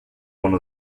one